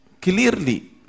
clearly